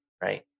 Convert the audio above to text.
right